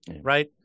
right